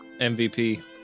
MVP